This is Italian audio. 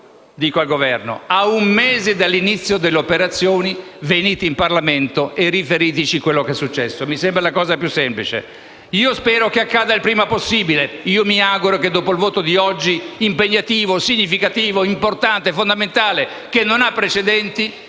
dico al Governo: a un mese dall'inizio delle operazioni venite in Parlamento e riferiteci ciò che è successo; mi sembra la cosa più semplice. Spero che accada il primo possibile e mi auguro che dopo il voto odierno, impegnativo, significativo, importante, fondamentale, che non ha precedenti,